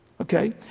Okay